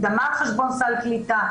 מקדמה על חשבון סל קליטה,